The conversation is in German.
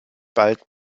bald